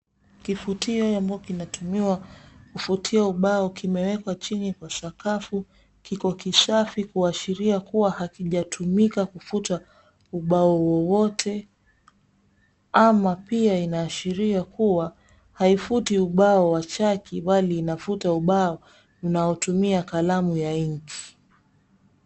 Kifutio ambao kina tumiwa kufutia ubao kimewekwa chini kwa sakafu. Kiko kisafi kuashiria kuwa hakijatumika kufuta ubao wowote, ama pia inaashiria kuwa haifuti ubao wa chaki mbali inafuta ubao unaotumia kala ya inki.